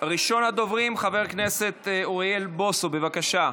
ראשון הדוברים, חבר הכנסת אוריאל בוסו, בבקשה.